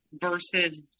versus